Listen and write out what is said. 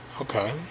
Okay